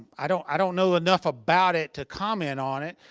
i don't i don't know enough about it to comment on it.